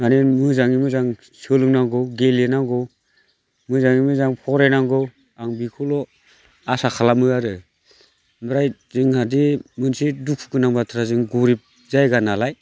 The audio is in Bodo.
माने मोजाङै मोजां सोलोंनांगौ गेलेनांगौ मोजाङै मोजां फरायनांगौ आं बेखौल' आसा खालामो आरो ओमफ्राय जोंहा दि मोनसे दुखुगोनां बाथ्रा जों गोरिब जायगा नालाय